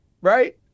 Right